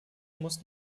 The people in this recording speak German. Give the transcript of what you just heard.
muss